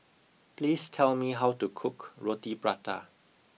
please tell me how to cook Roti Prata